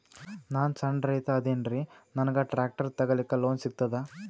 ನಾನ್ ಸಣ್ ರೈತ ಅದೇನೀರಿ ನನಗ ಟ್ಟ್ರ್ಯಾಕ್ಟರಿ ತಗಲಿಕ ಲೋನ್ ಸಿಗತದ?